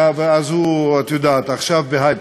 ואז הוא, את יודעת, עכשיו ב"היי".